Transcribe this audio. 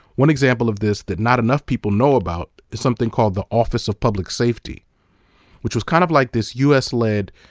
one example of this that not enough people know about is something called the office of public safety which was kind of like this u s led.